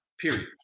period